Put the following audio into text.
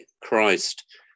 Christ